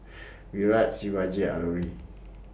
Virat Shivaji and Alluri